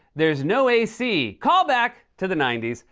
there's no ac. call back to the ninety s.